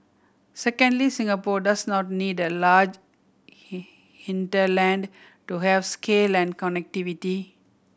secondly Singapore does not need a large hinterland to have scale and connectivity